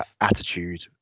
attitude